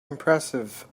impressive